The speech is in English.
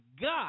God